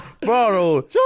Bro